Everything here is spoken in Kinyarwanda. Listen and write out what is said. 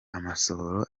amasohoro